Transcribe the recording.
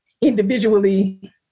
individually